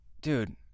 dude